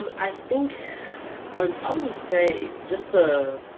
um i think i would probably say just the.